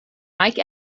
mike